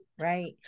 Right